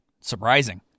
Surprising